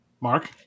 Mark